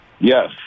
yes